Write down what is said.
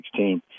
2016